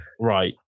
Right